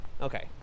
Okay